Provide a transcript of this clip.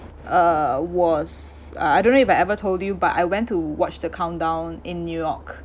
uh was I I don't know if I ever told you but I went to watch the countdown in new york